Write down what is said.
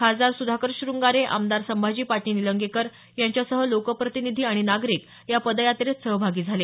खासदार सुधाकर शृंगारे आमदार संभाजी पाटील निलंगेकर यांच्यासह लोकप्रतिनिधी आणि नागरिक या पदयात्रेत सहभागी झाले